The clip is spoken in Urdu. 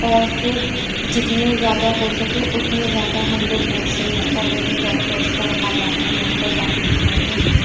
اور پھر جتنے زیادہ ہو سکے اتنے زیادہ ہم لوگ نرسیز اور ڈاکٹرز کو وہاں لائیں اور ڈاکٹر ٹائم پہ بیٹھے